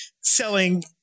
selling